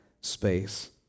space